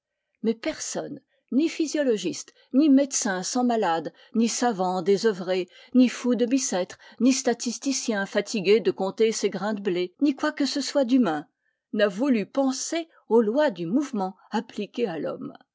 mais personne ni physiologiste ni médecin sans malades ni savant désœuvré ni fou de bicêtre ni statisticien fatigué de compter ses grains de blé ni quoi que ce soit d'humain n'a voulu penser aux lois du mouvement appliqué à l'homme